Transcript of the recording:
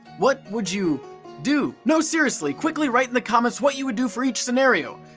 what would you do? no, seriously, quickly write in the comments what you would do for each scenario.